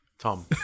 Tom